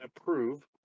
approve